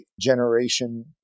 generation